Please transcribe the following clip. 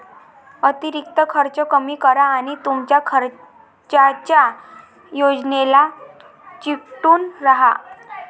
अतिरिक्त खर्च कमी करा आणि तुमच्या खर्चाच्या योजनेला चिकटून राहा